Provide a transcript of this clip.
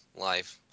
live